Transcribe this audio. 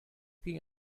ging